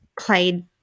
played